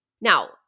Now